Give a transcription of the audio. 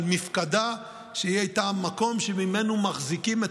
על מפקדה שהייתה המקום שממנו מחזיקים את